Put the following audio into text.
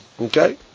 Okay